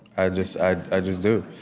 i just i just do.